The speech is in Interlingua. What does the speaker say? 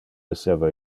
esseva